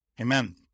Amen